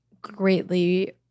greatly